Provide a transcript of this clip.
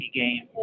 game